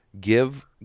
Give